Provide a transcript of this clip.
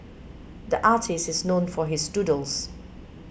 the artist is known for his doodles